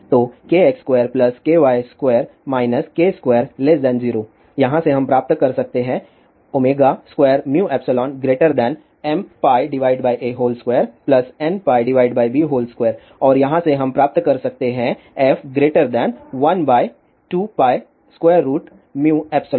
तो kx2ky2 k20 यहां से हम प्राप्त कर सकते है2μεmπa2nπb2 और यहाँ से हम प्राप्त कर सकते हैं f12πμεmπa2nπb2